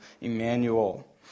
Emmanuel